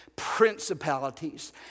principalities